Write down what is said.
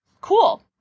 cool